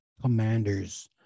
Commanders